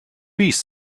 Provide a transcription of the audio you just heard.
piece